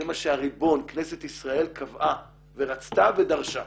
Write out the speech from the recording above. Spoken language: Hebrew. זה מה שהריבון, כנסת ישראל קבעה ורצתה ודרשה.